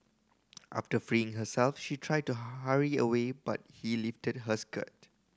after freeing herself she tried to hurry away but he lifted her skirt